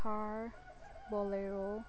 Thar bolero